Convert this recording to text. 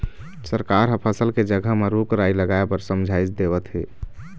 सरकार ह फसल के जघा म रूख राई लगाए बर समझाइस देवत हे